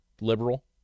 liberal